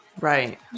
right